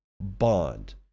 bond